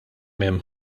hemm